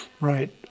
Right